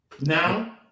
Now